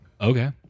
Okay